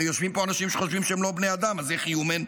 הרי יושבים פה אנשים שחושבים שהם לא בני אדם אז איך human?